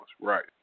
Right